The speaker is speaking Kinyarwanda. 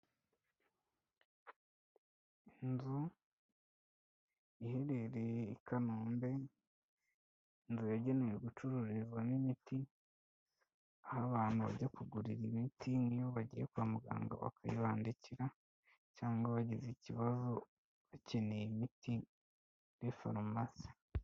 Inzu iherereye i Kanombe, inzu yagenewe gucururizwamo imiti, aho abantu bajya kugurira imiti nk'iyo bagiye kwa muganga bakayibandikira cyangwa bagize ikibazo bakeneye imiti muri farumasi.